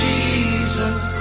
Jesus